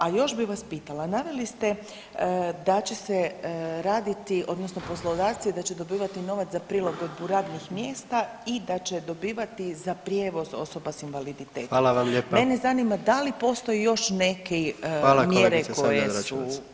A još bih vas pitala, naveli ste da će se raditi odnosno poslodavci da će dobivati novac za prilagodbu radnih mjesta i da će dobivati za prijevoz osoba s invaliditetom [[Upadica predsjednik: Hvala vam lijepa.]] mene zanima da li postoji još neke mjere [[Upadica predsjednik: Hvala kolegice Sanja Dračevac.]] koje su.